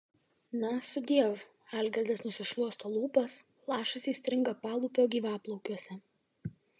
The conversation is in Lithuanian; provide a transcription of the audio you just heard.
na sudiev algirdas nusišluosto lūpas lašas įstringa palūpio gyvaplaukiuose